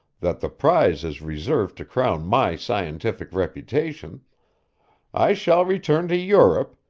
that the prize is reserved to crown my scientific reputation i shall return to europe,